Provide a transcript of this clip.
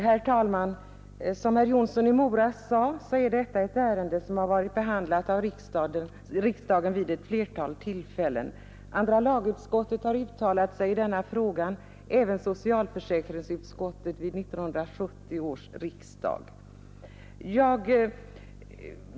Herr talman! Som herr Jonsson i Mora sade är detta ett ärende som varit behandlat i riksdagen vid ett flertal tillfällen. Andra lagutskottet har uttalat sig i frågan och även socialförsäkringsutskottet vid 1971 års riksdag.